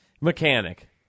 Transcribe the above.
Mechanic